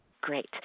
Great